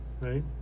Right